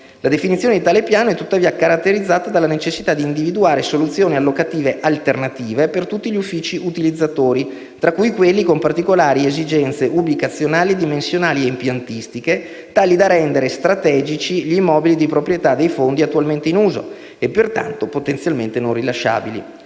La definizione di tale piano è tuttavia caratterizzata dalla necessità di individuare soluzioni allocative alternative per tutti gli uffici utilizzatori tra cui quelli con particolari esigenze ubicazionali, dimensionali e impiantistiche, tali da rendere "strategici" gli immobili di proprietà dei Fondi attualmente in uso, e pertanto potenzialmente non rilasciabili.